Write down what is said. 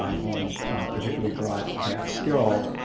he particularly brought that skills